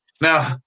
Now